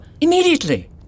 immediately